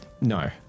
No